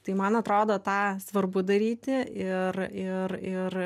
tai man atrodo tą svarbu daryti ir ir ir